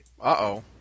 Uh-oh